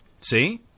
See